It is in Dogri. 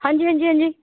हां जी हां जी हां जी